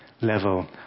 level